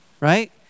Right